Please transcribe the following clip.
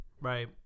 Right